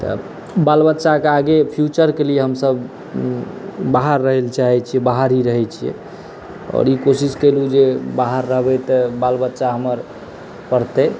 तऽ बाल बच्चाके आगे फ्युचरके लिए हमसभ बाहर रहय लए चाहैत छी बाहर ही रहय चाहैत छियै आओर ई कोशिश केलहुँ जे बाहर रहबै तऽ बाल बच्चा हमर पढ़तै